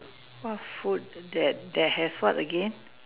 what food that that has what again